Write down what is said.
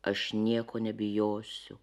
aš nieko nebijosiu